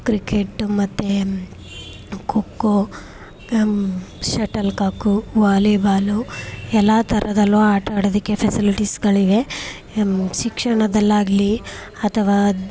cricket ಮತ್ತು kho kho shuttlecock volleyball ಎಲ್ಲ ಥರದಲ್ಲೂ ಆಟಾಡೋದಿಕ್ಕೆ ಫೆಸಿಲಿಟೀಸ್ಗಳಿವೆ ಶಿಕ್ಷಣದಲ್ಲಾಗಲಿ ಅಥವಾ